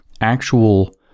actual